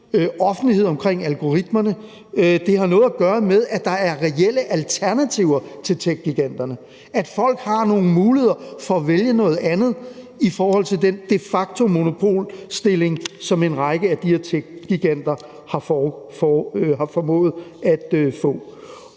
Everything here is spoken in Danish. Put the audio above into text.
offentlighed omkring algoritmerne, og det har noget at gøre med, at der er reelle alternativer til techgiganterne, og at folk har nogle muligheder for at vælge noget andet i forhold til den de facto monopolstilling, som en række af de her techgiganter har formået at få.